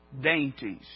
dainties